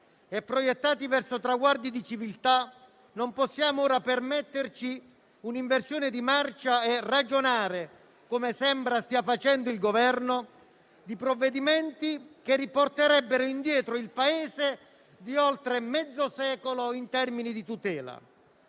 e proiettati verso traguardi di civiltà, non possiamo ora permetterci un'inversione di marcia e ragionare, come sembra stia invece facendo il Governo, su provvedimenti che riporterebbero indietro il Paese di oltre mezzo secolo in termini di tutela.